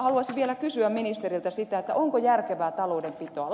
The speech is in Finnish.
haluaisin vielä kysyä ministeriltä sitä onko tämä järkevää taloudenpitoa